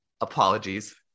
apologies